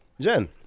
Jen